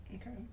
Okay